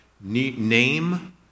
name